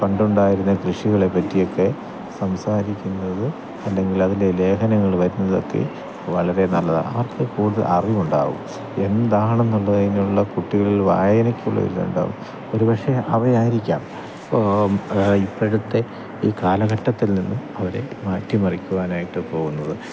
പണ്ടുണ്ടായിരുന്ന കൃഷികളെ പറ്റിയൊക്കെ സംസാരിക്കുന്നത് അല്ലെങ്കിൽ അതില് ലേഖനങ്ങൾ വരുന്നതൊക്കെ വളരെ നല്ലതാണ് അവർക്ക് കൂടുതൽ അറിവുണ്ടാവും എന്താണെന്നുള്ളതിനുള്ള കുട്ടികളിൽ വായനയ്ക്കുള്ളിൽ നിന്നും ഒരു പക്ഷെ അവയായിരിക്കാം ഇപ്പോഴത്തെ ഈ കാലഘട്ടത്തിൽ നിന്നും അവരെ മാറ്റിമറിക്കുവാനായിട്ട് പോവുന്നത്